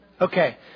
Okay